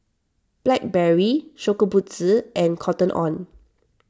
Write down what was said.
Blackberry Shokubutsu and Cotton on